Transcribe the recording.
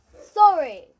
Sorry